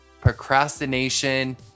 Procrastination